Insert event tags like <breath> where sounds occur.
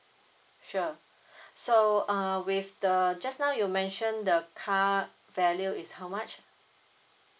sure <breath> so uh with the just now you mention the car value is how much